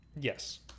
Yes